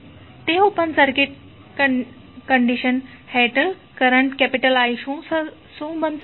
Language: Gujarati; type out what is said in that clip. તે ઓપન સર્કિટ કંડિશન હેઠળ કરંટ I શું હશે